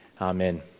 amen